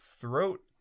throat